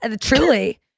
truly